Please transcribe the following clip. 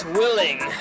willing